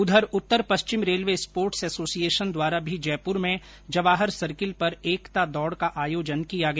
उधर उत्तर पश्चिम रेलवे स्पोर्ट्स एसोसिएशन द्वारा भी जयपुर में जवाहर सर्किल पर एकता दौड़ का आयोजन किया गया